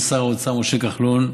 כששר האוצר משה כחלון,